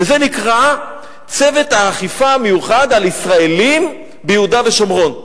וזה נקרא: צוות האכיפה המיוחד על ישראלים ביהודה ושומרון.